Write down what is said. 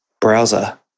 browser